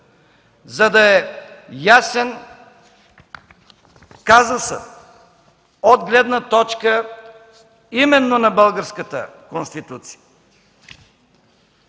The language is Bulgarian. за да е ясен казусът от гледна точка именно на българската Конституция.